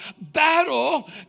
battle